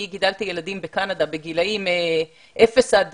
אני גידלתי ילדים בקנדה בגילים אפס עד